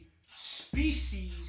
species